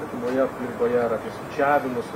artimoje aplinkoje ar apie sukčiavimus